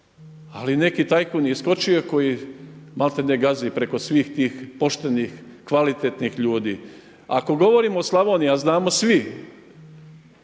ali neki tajkun je iskočio koji maltene gazi preko svih tih poštenih, kvalitetnih ljudi. Ako govorimo o Slavoniji a znamo svi